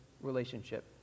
relationship